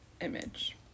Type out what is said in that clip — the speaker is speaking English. image